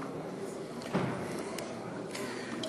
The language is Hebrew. בבקשה.